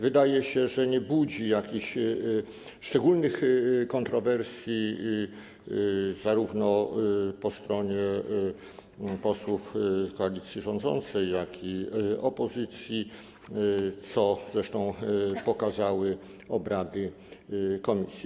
Wydaje się, że nie budzi jakichś szczególnych kontrowersji zarówno po stronie posłów koalicji rządzącej, jak i opozycji, co zresztą pokazały obrady komisji.